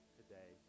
today